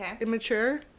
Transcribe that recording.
immature